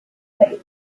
state